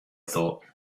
thought